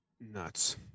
Nuts